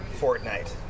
Fortnite